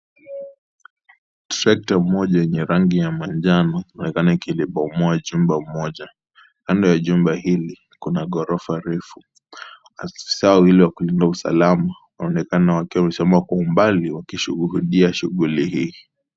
Trekta moja yenye rangi ya inaonekana ikilipomoa jengo moja. Kando ya jumba hili kuna ghorofa refu. Afisa wawili wa kulinda usalama waonekana wakiwa wamesimama kwa umbali wakishuhudia shughuli hii.